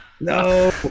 No